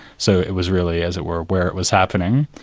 so it was really, as it were, where it was happening,